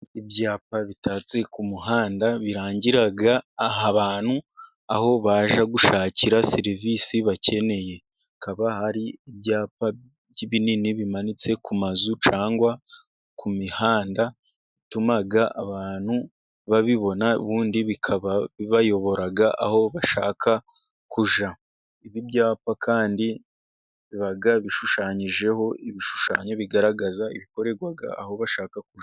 Ibyapa bitatse ku muhanda birangira abantu aho baje gushakira serivisi bakeneye, hakaba hari ibyapa binini bimanitse ku mazu cyangwa ku mihanda bituma abantu babibona, ubundi bikabayoboraba aho bashaka kujya. Ibyapa kandi biba bishushanyijeho ibishushanyo bigaragaza ibikorerwa aho bashaka kujya.